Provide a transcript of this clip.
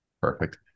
Perfect